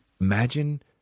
imagine